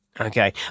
Okay